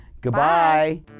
Goodbye